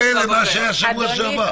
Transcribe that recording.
אלה למה שהיה בשבוע שעבר?